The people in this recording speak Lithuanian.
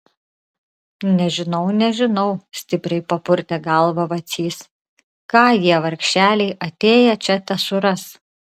nežinau nežinau stipriai papurtė galvą vacys ką jie vargšeliai atėję čia tesuras